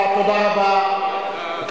רוב